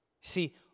See